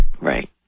Right